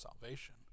salvation